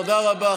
תודה רבה.